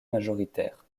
majoritaires